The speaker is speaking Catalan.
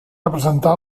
representar